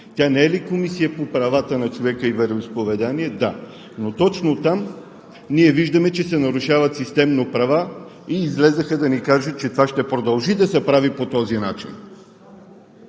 Тя не е ли Комисия по правата на човека и вероизповеданията?! Да! Но точно там ние виждаме, че се нарушават системно права, и излязоха да ни кажат, че това ще продължи да се прави по този начин.